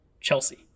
Chelsea